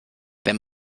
wenn